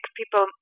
people